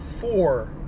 four